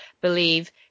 believe